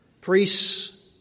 Priests